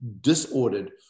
disordered